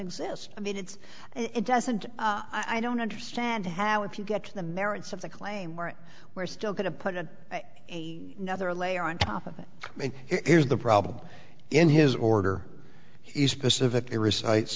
exist i mean it's it doesn't i don't understand how if you get to the merits of the claim where we're still going to put it another layer on top of it is the problem in his order is specifically recites